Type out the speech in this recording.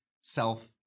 self